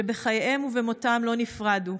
שבחייהם ובמותם לא נפרדו,